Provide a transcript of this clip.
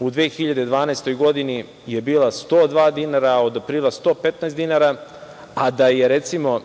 u 2012. godini je bila 102 dinara, od aprila 115 dinara, a da je, recimo, od